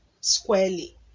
squarely